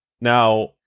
Now